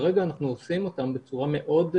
כרגע אנחנו עושים אותם בצורה מאוד,